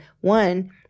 one